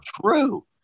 true